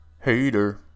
Hater